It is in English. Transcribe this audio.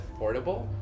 affordable